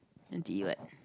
then to eat what